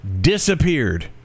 disappeared